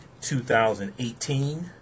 2018